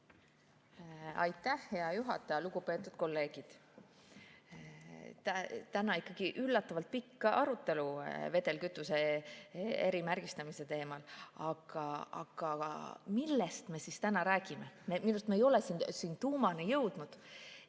Aitäh, hea juhataja! Lugupeetud kolleegid! Täna oli üllatavalt pikk arutelu vedelkütuse erimärgistamise teemal. Aga millest me räägime? Minu arust me ei ole siin tuumani jõudnud.